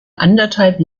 anderthalb